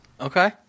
okay